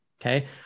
okay